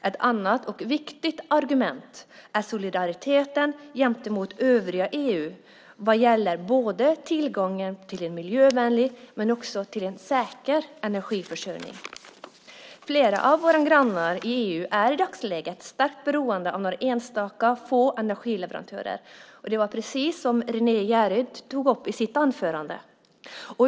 Ett annat och viktigt argument är det om solidariteten gentemot övriga EU vad gäller tillgången både till en miljövänlig och till en säker energiförsörjning. Flera av våra grannar i EU är i dagsläget starkt beroende av några enstaka, några få, energileverantörer, precis som Renée Jeryd sade i sitt anförande.